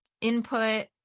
input